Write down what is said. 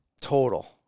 Total